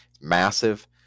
massive